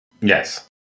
Yes